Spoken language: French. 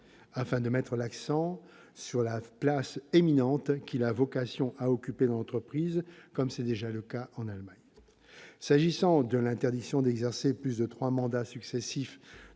afin de mettre l'accent sur la place éminente qu'il a vocation à occuper dans l'entreprise, comme c'est déjà le cas en Allemagne. S'agissant de l'interdiction d'exercer plus de trois mandats successifs